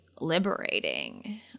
liberating